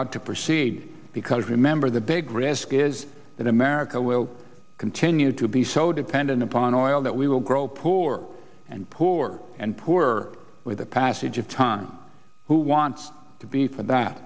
ought to proceed because remember the big risk is that america will continue to be so dependent upon oil that we will grow poorer and poorer and poorer with the passage of time who wants to be for that